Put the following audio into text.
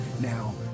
Now